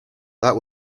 that